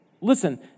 Listen